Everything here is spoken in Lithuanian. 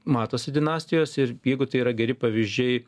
matosi dinastijos ir jeigu tai yra geri pavyzdžiai